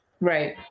Right